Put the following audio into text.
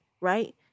Right